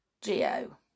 geo